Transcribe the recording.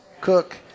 Cook